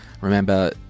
remember